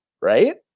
Right